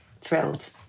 thrilled